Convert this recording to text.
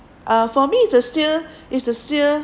uh for me it's uh still it is still